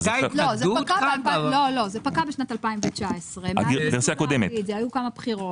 זה פקע בשנת 2019. היו כמה בחירות.